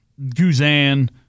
Guzan